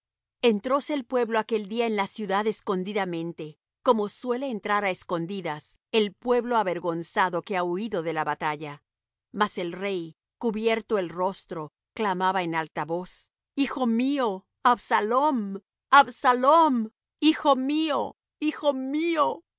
hijo entróse el pueblo aquel día en la ciudad escondidamente como suele entrar á escondidas el pueblo avergonzado que ha huído de la batalla mas el rey cubierto el rostro clamaba en alta voz hijo mío absalom absalom hijo mío hijo mío